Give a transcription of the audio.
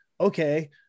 okay